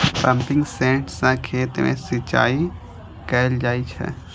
pumping set सं खेत मे सिंचाई कैल जाइ छै